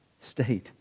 state